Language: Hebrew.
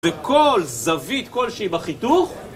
וכל זווית, כלשהי בחיתוך